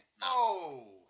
No